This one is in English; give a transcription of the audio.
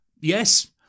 Yes